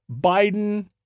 Biden